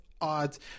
odds